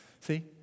see